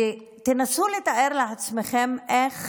ותנסו לתאר לעצמכם איך